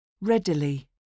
Readily